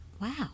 Wow